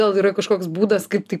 gal yra kažkoks būdas kaip tai